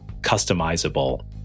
customizable